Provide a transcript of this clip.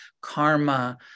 karma